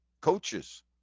coaches